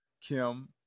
Kim